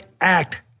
act